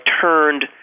turned